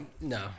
No